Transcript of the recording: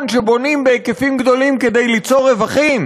שבונים בהיקפים גדולים כדי ליצור רווחים.